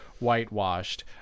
whitewashed